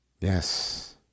Yes